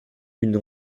une